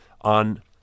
on